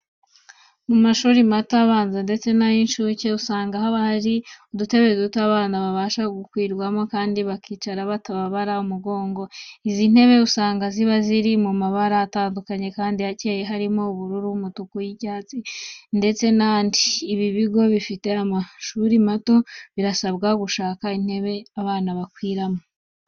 Mu mashuri mato abanza ndetse n'ay'incuke usanga haba hari udutebe duto abana babasha gukwirwamo, kandi bakicara batababara umugongo. Izi ntebe usanga ziba ziri mu mabara atandukanye kandi akeye, harimo ubururu, umutuku, icyatsi, ndetse n'andi. Ibigo bifite amashuri mato birasabwa gushaka intebe abana bakwiramo.